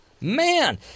Man